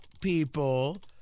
people